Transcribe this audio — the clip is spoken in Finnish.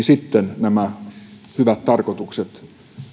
sitten nämä hyvät tarkoitukset